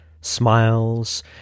smiles